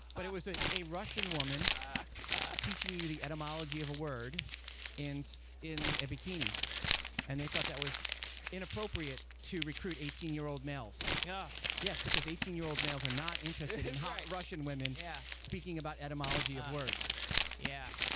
but it was a a russian woman teaching you the etymology of the word in so in a bikini and they thought that was inappropriate to recruit eighteen year old males. yeah yes, because eighteen year old males are not interested in hot russian women yeah speaking about etymology of words yeah.